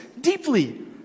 deeply